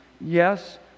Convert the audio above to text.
yes